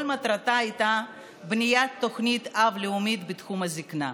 מטרתה הייתה בניית תוכנית אב לאומית בתחום הזקנה.